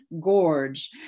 Gorge